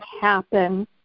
happen